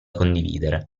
condividere